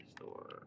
Store